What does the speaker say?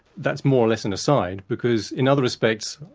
that's more or less an aside, because in other respects,